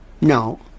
No